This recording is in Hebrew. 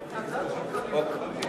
זו הצעת חוק פרטית לחלוטין.